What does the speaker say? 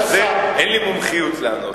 אין לי מומחיות לענות על זה.